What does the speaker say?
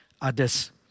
others